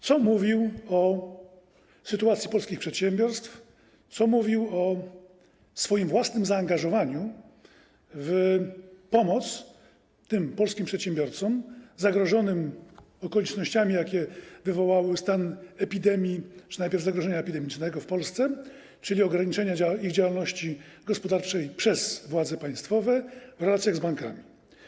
Co mówił o sytuacji polskich przedsiębiorstw, co mówił o swoim własnym zaangażowaniu w pomoc tym polskim przedsiębiorcom zagrożonym okolicznościami, jakie wywołał stan epidemii czy najpierw zagrożenia epidemicznego w Polsce, czyli ograniczenia ich działalności gospodarczej przez władze państwowe w relacjach z bankami?